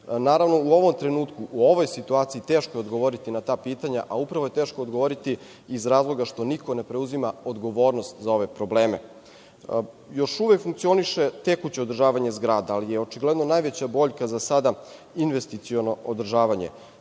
u ovom trenutku u ovoj situaciji teško je odgovoriti na ta pitanja, a upravo je teško odgovoriti iz razloga što niko ne preuzima odgovornost za ove probleme. Još uvek funkcioniše tekuće održavanje zgrada, ali je očigledno najveća boljka za sada investiciono održavanje.